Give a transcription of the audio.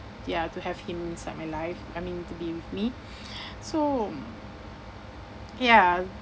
ya to have him inside my life I mean to be with me so ya